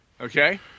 Okay